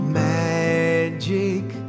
magic